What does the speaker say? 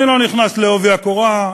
אני לא נכנס בעובי הקורה,